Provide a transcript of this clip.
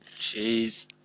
jeez